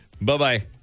Bye-bye